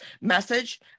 message